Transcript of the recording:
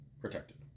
protected